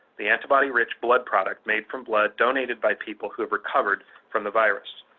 the antibody-rich blood product made from blood donated by people who have recovered from the virus.